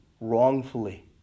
wrongfully